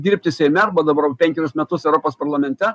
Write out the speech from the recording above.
dirbti seime arba dabar penkerius metus europos parlamente